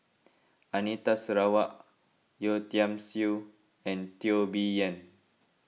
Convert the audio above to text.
Anita Sarawak Yeo Tiam Siew and Teo Bee Yen